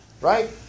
right